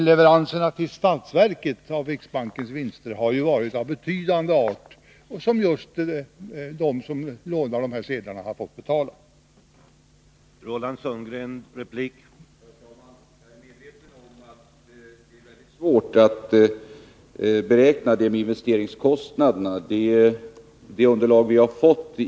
Leveranserna till statsverket av riksbankens vinster har ju varit betydande, och det är just de som lånar dessa sedlar som har fått betala detta.